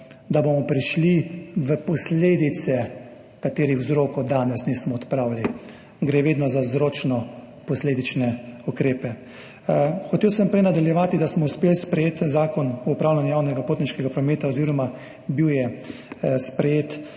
da bomo prišli do posledic, katerih vzrokov danes nismo odpravili. Gre vedno za vzročno posledične ukrepe. Prej sem hotel nadaljevati, da smo uspeli sprejeti Zakon o upravljanju javnega potniškega prometa, oziroma bil je sprejet